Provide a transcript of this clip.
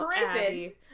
prison